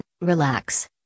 relax